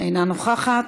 אינה נוכחת.